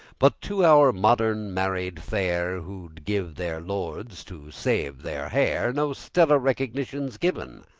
but to our modern married fair, who'd give their lords to save their hair, no stellar recognition's given.